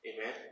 Amen